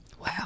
Wow